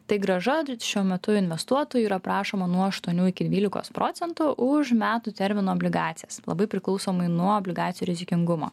tai grąža šiuo metu investuotojų yra prašoma nuo aštuonių iki dvylikos procentų už metų termino obligacijas labai priklausomai nuo obligacijų rizikingumo